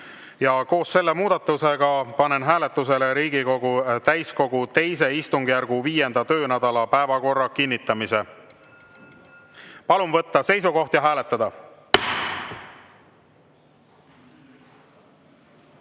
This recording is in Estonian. Koos selle muudatusega panen hääletusele Riigikogu täiskogu II istungjärgu 5. töönädala päevakorra kinnitamise. Palun võtta seisukoht ja hääletada!